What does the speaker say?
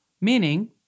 meaning